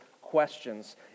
questions